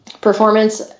performance